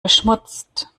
beschmutzt